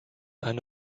eine